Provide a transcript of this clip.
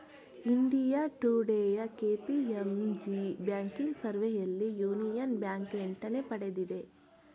India ಟುಡೇಯ KPMG banking ಸರ್ವೆಯಲ್ಲಿ Union Bank ಎಂಟನೇ ಪಡೆದಿದೆ